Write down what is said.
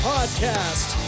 Podcast